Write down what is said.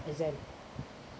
exam